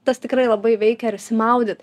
tas tikrai labai veikia ir išsimaudyt